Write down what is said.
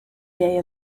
day